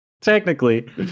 technically